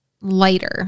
lighter